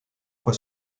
fois